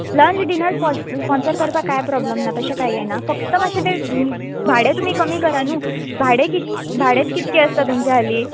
lunch dinner स्पॉस sponsor करपाक कांय प्रॉब्लम ना तशें कांय हें ना फक्त मातशें तें भाडें तुमी कमी करा न्हय भाडें कितें भाडेंच कितलें आसता तुमचें हालीं